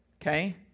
Okay